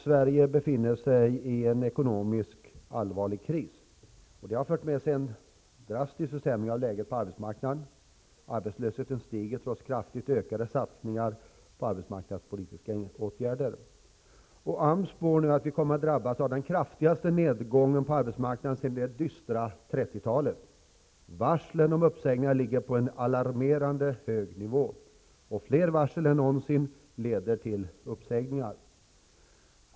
Sverige befinner sig i en allvarlig ekonomisk kris. Det har fört med sig en drastisk försämring av läget på arbetsmarknaden. Arbetslösheten stiger trots kraftigt ökade satsningar på arbetsmarknadspolitiska åtgärder. AMS spår nu att vi kommer att drabbas av den kraftigaste nedgången på arbetsmarknaden sedan det dystra 30-talet. Varslen om uppsägningar ligger på en alarmerande hög nivå, och fler varsel än någonsin leder till uppsägningar.